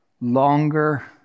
longer